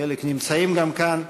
חלק נמצאים כאן,